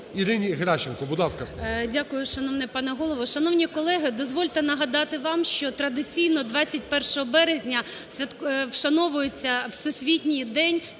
Ірині Геращенко, будь ласка.